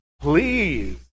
Please